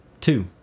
Two